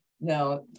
now